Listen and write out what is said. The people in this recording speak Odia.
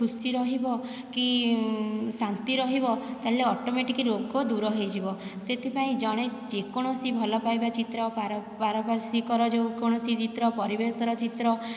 ଖୁସି ରହିବ କି ଶାନ୍ତି ରହିବ ତାହେଲେ ଅଟୋମେଟିକ୍ ରୋଗ ଦୂର ହୋଇଯିବ ସେଥିପାଇଁ ଜଣେ ଯେକୌଣସି ଭଲ ପାଇବା ଚିତ୍ର ପାରପାରପାର୍ଶିକର ଯେକୌଣସି ଚିତ୍ର ପରିବେଶର ଚିତ୍ର